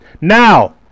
Now